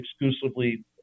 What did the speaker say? exclusively